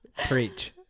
preach